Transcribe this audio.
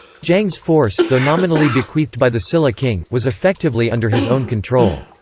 jang's force, though nominally bequeathed by the silla king, was effectively under his own control.